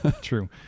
True